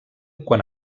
quan